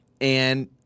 and-